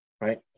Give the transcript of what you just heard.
right